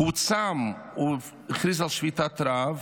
הוא צם, הוא הכריז על שביתת רעב.